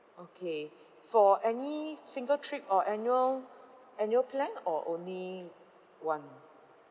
okay for any single trip or annual annual plan or only one